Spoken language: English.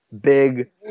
big